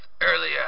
earlier